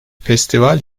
festival